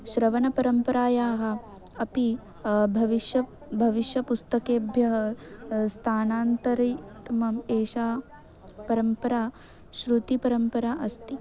श्रवनपरम्परायाः अपि भविष्यं भविष्यपुस्तकेभ्यः स्थानान्तरात् मम एषा परम्परा श्रुतिपरम्परा अस्ति